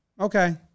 okay